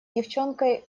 девчонкой